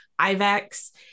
ivex